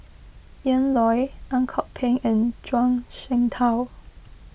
Ian Loy Ang Kok Peng and Zhuang Shengtao